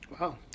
Wow